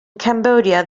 cambodia